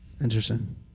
Interesting